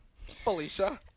Felicia